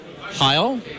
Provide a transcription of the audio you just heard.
Heil